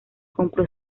compró